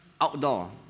outdoor